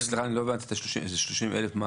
סליחה אני לא הבנתי את ה-30, זה 30,000 מה?